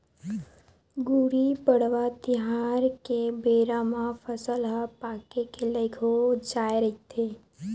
गुड़ी पड़वा तिहार के बेरा म फसल ह पाके के लइक हो जाए रहिथे